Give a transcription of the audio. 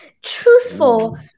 truthful